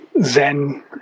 Zen